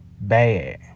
bad